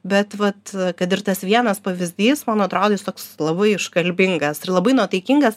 bet vat kad ir tas vienas pavyzdys man atrodo jis toks labai iškalbingas ir labai nuotaikingas